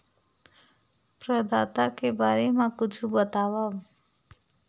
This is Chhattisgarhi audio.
प्रदाता के बारे मा कुछु बतावव?